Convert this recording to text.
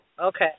Okay